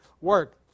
work